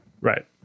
Right